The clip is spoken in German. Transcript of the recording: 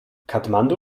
kathmandu